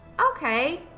Okay